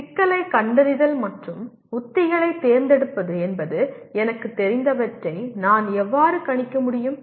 எனவே சிக்கலைக் கண்டறிதல் மற்றும் உத்திகளைத் தேர்ந்தெடுப்பது என்பது எனக்குத் தெரிந்தவற்றை நான் எவ்வாறு கண்காணிக்க முடியும்